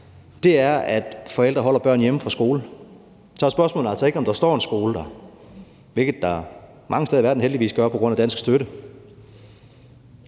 – er, at forældrene holder børnene hjemme fra skole. Så er spørgsmålet altså ikke, om der står en skole, hvilket der mange steder i verden heldigvis gør på grund af dansk støtte;